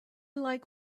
like